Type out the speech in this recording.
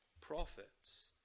prophets